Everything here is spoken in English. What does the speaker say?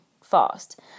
fast